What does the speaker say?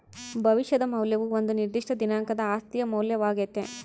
ಭವಿಷ್ಯದ ಮೌಲ್ಯವು ಒಂದು ನಿರ್ದಿಷ್ಟ ದಿನಾಂಕದ ಆಸ್ತಿಯ ಮೌಲ್ಯವಾಗ್ಯತೆ